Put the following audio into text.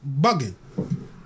bugging